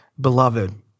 Beloved